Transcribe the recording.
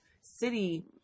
city